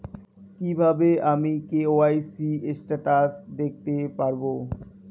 কিভাবে আমি KYC status দেখতে পারবো?